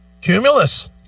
cumulus